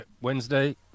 Wednesday